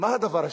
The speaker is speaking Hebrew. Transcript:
ומה הדבר השני?